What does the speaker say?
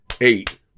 eight